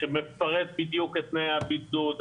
שמפרט בדיוק את תנאי הבידוד,